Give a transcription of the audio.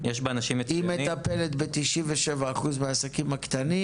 היא מטפלת ב-97% מהעסקים הקטנים.